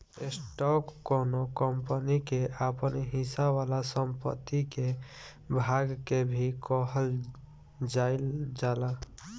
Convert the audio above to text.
stock कौनो company के आपन हिस्सा वाला संपत्ति के भाग के भी कहल जाइल जाला